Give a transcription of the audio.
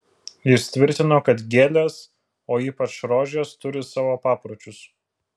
jis tvirtino kad gėlės o ypač rožės turi savo papročius